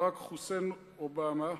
ברק חוסיין אובמה,